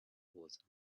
was